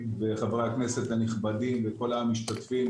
חברי הכנסת הנכבדים וכל המשתתפים,